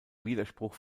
widerspruch